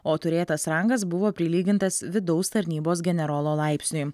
o turėtas rangas buvo prilygintas vidaus tarnybos generolo laipsniui